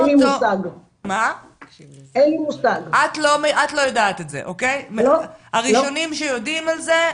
את לא יודעת את זה, הראשונים שיודעים על זה,